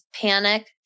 panic